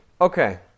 Okay